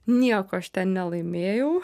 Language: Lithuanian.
nieko aš ten nelaimėjau